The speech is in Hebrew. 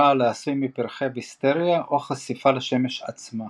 רעל העשוי מפרחי ויסטריה או חשיפה לשמש עצמה.